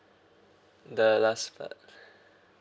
the last uh